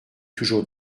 toujours